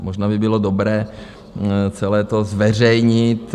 Možná by bylo dobré celé to zveřejnit.